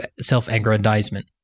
self-aggrandizement